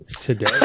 today